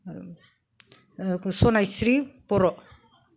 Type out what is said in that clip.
आरो सनायस्रि बर'